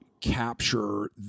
capture